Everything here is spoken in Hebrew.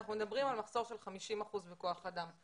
אנחנו מדברים על מחסור של 50% בכוח האדם.